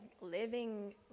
living